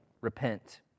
Repent